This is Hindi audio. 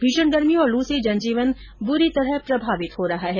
भीषण गर्मी और लु से जनजीवन बुरी तरह प्रभावित हो रहा है